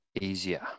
easier